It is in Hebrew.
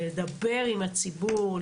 לדבר עם הציבור,